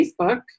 Facebook